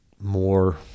more